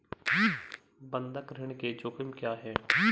बंधक ऋण के जोखिम क्या हैं?